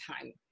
time